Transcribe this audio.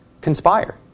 conspire